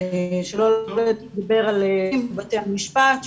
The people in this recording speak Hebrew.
שלא לדבר על בתי המשפט,